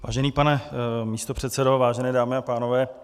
Vážený pane místopředsedo, vážené dámy a pánové.